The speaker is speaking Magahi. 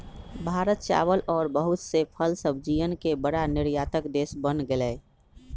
भारत चावल और बहुत से फल सब्जियन के बड़ा निर्यातक देश बन गेलय